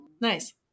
Nice